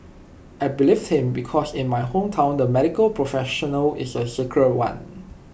I believed him because in my hometown the medical professional is A sacred one